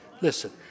Listen